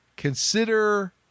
Consider